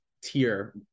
tier